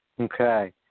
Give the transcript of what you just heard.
Okay